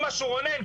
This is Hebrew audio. רונן,